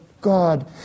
God